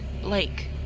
Blake